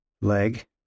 leg